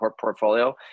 portfolio